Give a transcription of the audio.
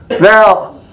Now